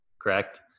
correct